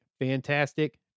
fantastic